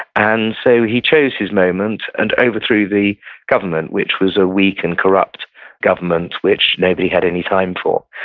and so he chose his moment and overthrew the government, which was a weak and corrupt government which nobody had any time for,